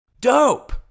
Dope